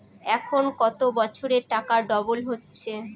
এখন কত বছরে টাকা ডবল হচ্ছে?